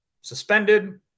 suspended